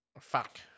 Fuck